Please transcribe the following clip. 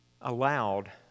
allowed